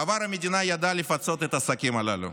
בעבר המדינה ידעה לפצות את העסקים הללו.